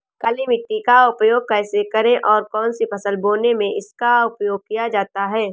काली मिट्टी का उपयोग कैसे करें और कौन सी फसल बोने में इसका उपयोग किया जाता है?